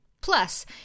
Plus